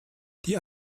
die